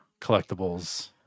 collectibles